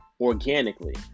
organically